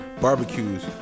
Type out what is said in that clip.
barbecues